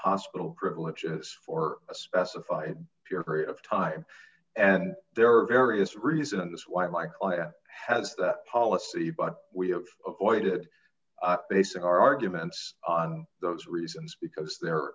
hospital privileges for a specified period of time and there are various reasons why michael has that policy but we have avoided basing our arguments on those reasons because they're